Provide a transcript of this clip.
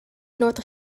north